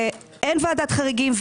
ואין ועדת חריגים,